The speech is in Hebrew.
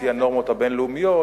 לפי הנורמות הבין-לאומיות,